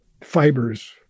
fibers